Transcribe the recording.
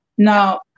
Now